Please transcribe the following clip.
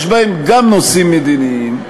יש בהם גם נושאים מדיניים,